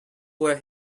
were